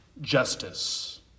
justice